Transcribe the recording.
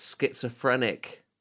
schizophrenic